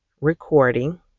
recording